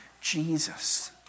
Jesus